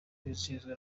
kwizihizwa